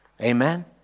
Amen